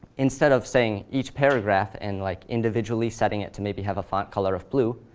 instead of saying, each paragraph, and like individually setting it to maybe have a font color of blue,